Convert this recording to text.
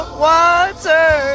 water